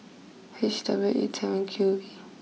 H W eight seven Q V